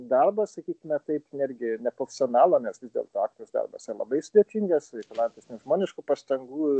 darbas sakykime taip netgi ne profesionalo nes vis dėlto aktoriaus darbas yra labai sudėtingas reikalaujantis nežmoniškų pastangų